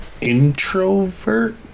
Introvert